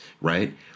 Right